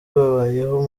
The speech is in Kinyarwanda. babayeho